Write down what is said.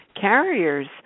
carriers